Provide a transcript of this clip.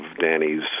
Danny's